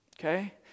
Okay